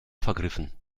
vergriffen